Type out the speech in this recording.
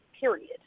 period